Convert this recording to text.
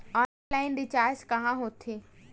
Offline recharge कहां होथे?